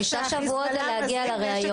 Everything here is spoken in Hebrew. לא, שישה שבועות זה להגיע לריאיון.